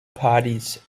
parties